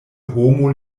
homo